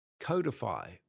codify